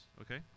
okay